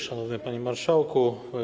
Szanowny Panie Marszałku!